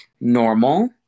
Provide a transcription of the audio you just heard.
normal